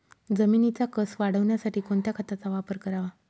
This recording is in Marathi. जमिनीचा कसं वाढवण्यासाठी कोणत्या खताचा वापर करावा?